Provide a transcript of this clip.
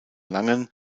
langen